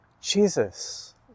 Jesus